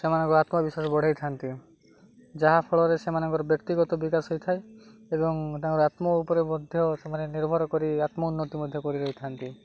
ସେମାନଙ୍କର ଆତ୍ମବିଶ୍ୱାସ ବଢ଼ାଇଥାନ୍ତି ଯାହାଫଳରେ ସେମାନଙ୍କର ବ୍ୟକ୍ତିଗତ ବିକାଶ ହେଇଥାଏ ଏବଂ ତାଙ୍କର ଆତ୍ମ ଉପରେ ମଧ୍ୟ ସେମାନେ ନିର୍ଭର କରି ଆତ୍ମ ଉନ୍ନତି ମଧ୍ୟ କରିରହିଥାନ୍ତି